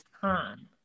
time